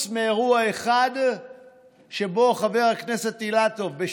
אם לא תתעשתו, החברים בצד הזה שקצת חושבים,